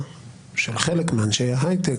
שהמחאה של חלק מאנשי ההיי-טק,